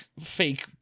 fake